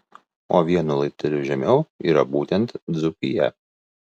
o vienu laipteliu žemiau yra būtent dzūkija